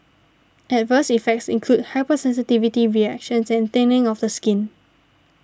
adverse effects include hypersensitivity reactions and thinning of the skin